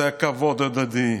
זה כבוד הדדי,